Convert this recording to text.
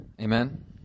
Amen